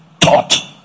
thought